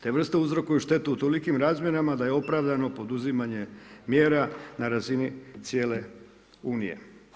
Te vrste uzrokuju štetu u tolikim razmjerima da je opravdano poduzimanje mjera na razini cijele Unije.